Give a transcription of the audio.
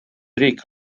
riik